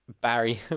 Barry